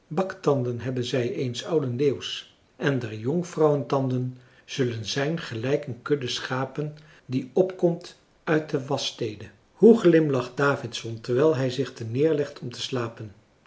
baktanden hebben zij eens ouden leeuws en der jonkvrouwen tanden zullen zijn gelijk een kudde schapen die opkomt uit de waschstede hoe glimlacht davidson terwijl hij zich terneerlegt om te slapen